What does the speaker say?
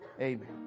amen